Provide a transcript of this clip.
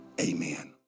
amen